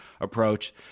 approach